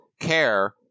care